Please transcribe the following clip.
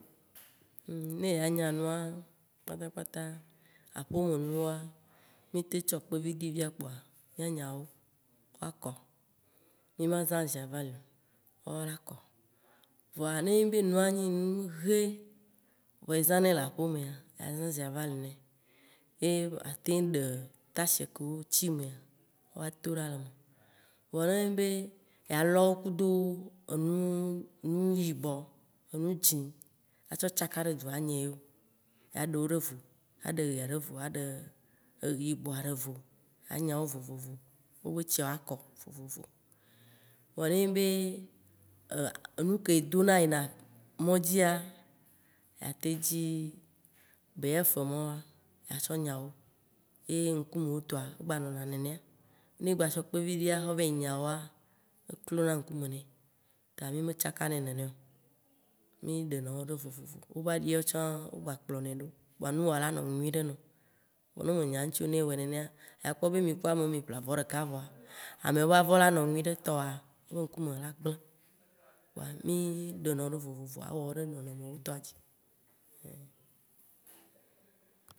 Ne ya nya nua, kpatakpta, aƒeme nuwoa, mì teŋ tsɔ kpeviɖi via kpoa mìa nyawo woakɔ, mì ma zã javel o vɔa wo la kɔ. Vɔa ne nyi be nua nye nu he vɔa ezãnɛ le aƒe mea, yea zã javel nɛ, ye ba teŋ ɖe tache kewo tsi mea, woa to ɖa le eme. Vɔ ne nye be alɔ wo kudo enuwo, nu yibɔ, enu dzĩ atsɔ tsaka le dzu anyaɛ ye o. Yea ɖe wo ɖe vo, aɖe ɣia ɖe vo, aɖe yibɔa ɖe vo, anya wo vovovo, wobe tsia woakɔ vovovo. Vɔ ne nye be enu ke edona yina mɔ dzia, ya ten dzi BF mɔwo, ya tsɔ nyawo, ye ŋkumewo tɔa, egba nɔna nenea, ne egba tsɔ kpeviɖia xɔ va yi nya woa, eklona ŋkume nɛ, ta mì me tsaka nae nenea o, mì ɖena wo le vovo, woba ɖiawo tsã, wo gba kplɔ nɛ ɖo. Kpoa nu woa la nɔ nyui ɖe nɔ. Vɔa ne me nya ŋti o ne ewɔe nenea, ya kpɔ be mì ku amewo mì ƒle avɔ ɖeka vɔa, ameawo ba vɔ la nɔ nyuiɖe vɔa, tɔwoa be ŋkume la gble. Kpoa mì ɖena wo ɖe vovo, kpoa awɔ wo ɖe nɔnɔme nyuitɔa dzi